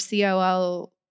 COL